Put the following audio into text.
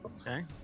Okay